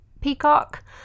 Peacock